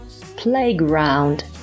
playground